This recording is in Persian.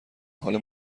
حال